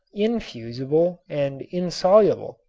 infusible and insoluble.